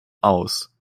aus